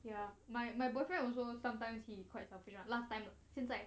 ya my my boyfriend also sometimes he quite selfish lah last time 现在